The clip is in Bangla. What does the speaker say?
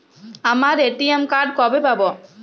আমার এ.টি.এম কার্ড কবে পাব?